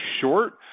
short